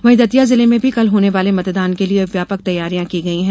वहीं दतिया जिले में भी कल होने वाले मतदान के लिए व्यापक तैयारियां की गई है